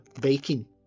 baking